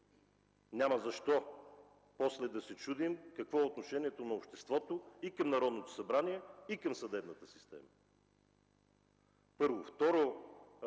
няма защо после да се чудим какво е отношението на обществото към Народното събрание и към съдебната система – първо. Второ,